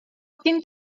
hogyn